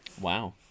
Wow